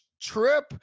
trip